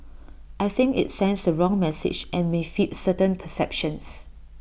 I think IT sends the wrong message and may feed certain perceptions